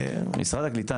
משרד הקליטה,